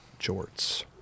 jorts